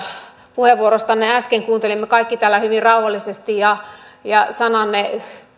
puheenvuorostanne äsken kuuntelimme kaikki täällä hyvin rauhallisesti ja ja sananne